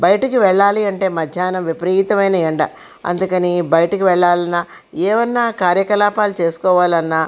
బయటికి వెళ్ళాలి అంటే మధ్యాహ్నం విపరీతమైన ఎండ అందుకని బయటకు వెళ్ళాలన్న ఏవైనా కార్యకలాపలు చేసుకోవాలన్న